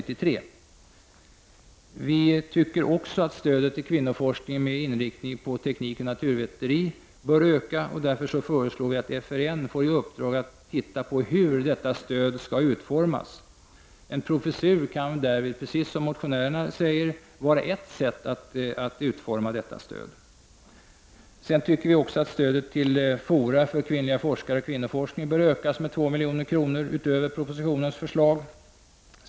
Utskottet anser också att stödet till kvinnoforskning med inriktning på teknik och naturvetenskap bör ökas. Därför föreslås att FRN får i uppdrag att utreda hur detta stöd skall utformas. En professur kan därvid, precis som motionärerna föreslår, vara ett sätt att utforma detta stöd. Utskottet anser vidare att stödet till fora för kvinnliga forskare och kvinnoforskning bör ökas med 2 milj.kr. utöver propositionens förslag.